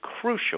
crucial